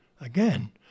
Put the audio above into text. Again